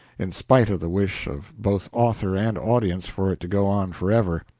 in spite of the wish of both author and audience for it to go on forever.